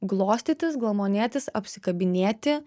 glostytis glamonėtis apsikabintinėti